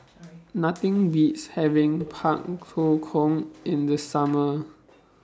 Nothing Beats having Pak Thong Kong in The Summer